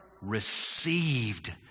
received